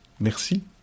Merci